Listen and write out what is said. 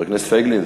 חבר הכנסת פייגלין,